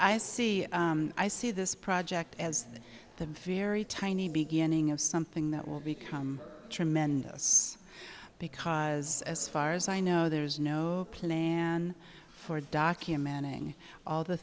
i see i see this project as the very tiny beginning of something that will become tremendous because as far as i know there is no plan for documenting all the